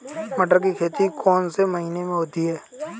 मटर की खेती कौन से महीने में होती है?